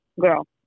girl